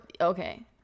okay